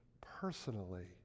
personally